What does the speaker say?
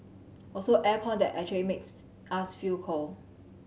also air con that actually makes us feel cold